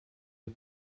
les